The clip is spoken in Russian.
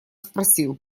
спросил